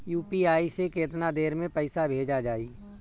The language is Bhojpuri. यू.पी.आई से केतना देर मे पईसा भेजा जाई?